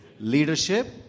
Leadership